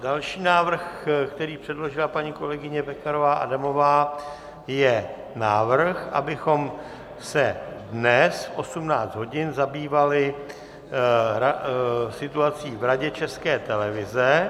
Další návrh, který předložila paní kolegyně Pekarová Adamová, je návrh, abychom se dnes v 18 hodin zabývali situací v Radě České televize.